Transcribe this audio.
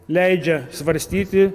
leidžia svarstyti